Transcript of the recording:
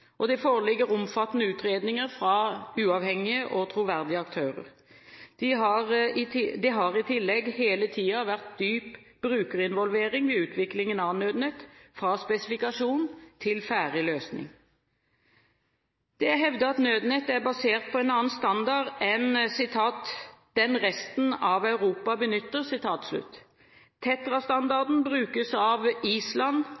Det foreligger omfattende utredninger fra uavhengige og troverdige aktører. Det har i tillegg hele tiden vært dyp brukerinvolvering ved utviklingen av Nødnett – fra spesifikasjon til ferdig løsning. Det er hevdet at Nødnett er basert på en annen standard enn «den resten av Europa benytter». TETRA-standarden brukes av Island,